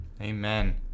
Amen